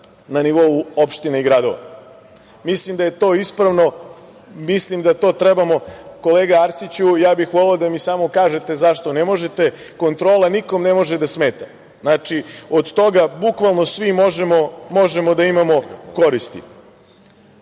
na nivou opština i gradova. Mislim da je to ispravno, mislim da to trebamo. Kolega Arsiću, voleo bih da mi samo kažete, zašto ne možete? Kontrola nikome ne može da smeta. Znači, od toga bukvalno svi možemo da imamo koristi. Pošto